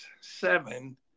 seven